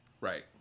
Right